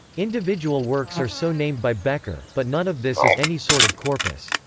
individual works are so named by bekker, but none of this is any sort of corpus.